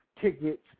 tickets